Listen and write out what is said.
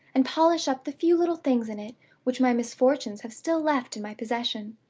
and polish up the few little things in it which my misfortunes have still left in my possession.